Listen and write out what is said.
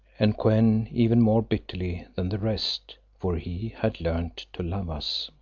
and kou-en even more bitterly than the rest, for he had learned to love us.